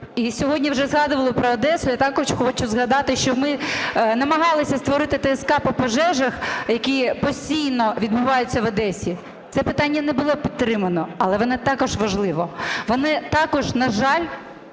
І сьогодні вже згадували про Одесу. Я також хочу сказати, що ми намагалися створити ТСК по пожежах, які постійно відбуваються в Одесі. Це питання не було підтримано, але воно також важливе. Також, на жаль,